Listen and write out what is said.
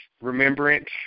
remembrance